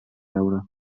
veure